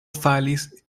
falis